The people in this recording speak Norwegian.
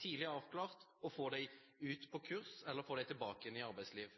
tidlig avklart og få dem på kurs eller få dem tilbake igjen i arbeidslivet.